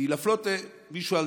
כי להפלות מישהו על